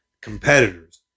competitors